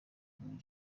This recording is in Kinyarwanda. king